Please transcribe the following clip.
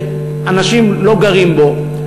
שאנשים לא גרים בו.